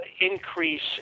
increase